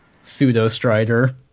pseudo-strider